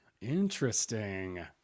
Interesting